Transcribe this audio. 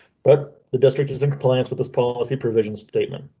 but the district is in compliance with this policy provision statement.